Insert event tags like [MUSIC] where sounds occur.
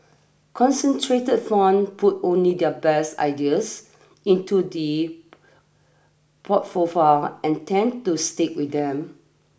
concentrated fund put only their best ideas into the [UNINTELLIGIBLE] and tend to stick with them